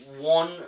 one